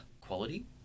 quality